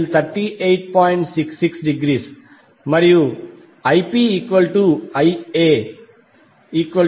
66°మరియుIpIa6